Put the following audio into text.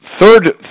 third